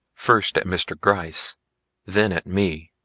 first at mr. gryce then at me.